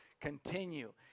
continue